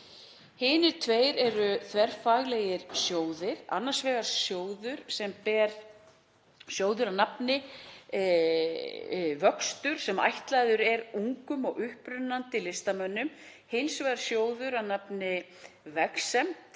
Hinir tveir eru þverfaglegir sjóðir, annars vegar sjóður að nafni Vöxtur, sem ætlaður er ungum og upprennandi listamönnum og hins vegar sjóður að nafni Vegsemd,